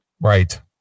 Right